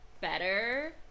better